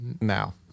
now